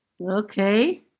Okay